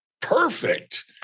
Perfect